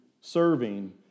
serving